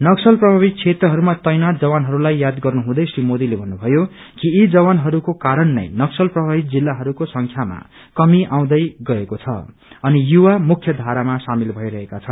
नक्सल प्रभावित क्षेत्रहरूमा तैनाथ जवानहरूलाई याद गर्नु हुँदै श्री मोदीले भन्नुभयो कि यी जवानहरूको कारण नै नक्सल प्रभावित जिल्लाहरूको संख्यामा कमी आउँदै गएको छ अनि युवा मुख्य धारामा सामेल भइरहेका छन्